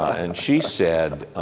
and she said,